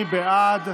מי בעד?